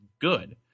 good